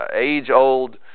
age-old